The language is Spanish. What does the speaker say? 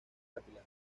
capilar